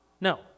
No